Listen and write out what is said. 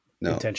No